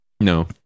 No